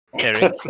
Eric